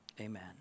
Amen